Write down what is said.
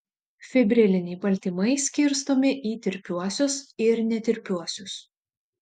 fibriliniai baltymai skirstomi į tirpiuosius ir netirpiuosius